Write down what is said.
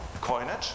coinage